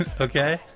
Okay